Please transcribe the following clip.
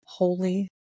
Holy